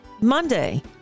Monday